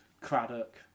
Craddock